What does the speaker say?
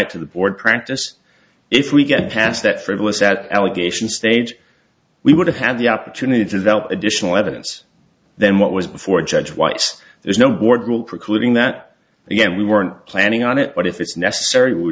it to the board practice if we get past that frivolous at allegations stage we would have had the opportunity to develop additional evidence then what was before a judge white's there's no board rule precluding that again we weren't planning on it but if it's necessary we